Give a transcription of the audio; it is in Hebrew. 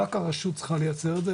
רק הרשות צריכה לייצר את זה,